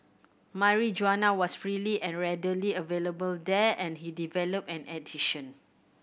Marijuana was freely and readily available there and he developed an addiction